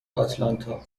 آتلانتا